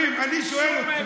עכשיו, חברים, אני שואל אתכם: